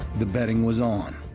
the betting was on.